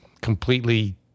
completely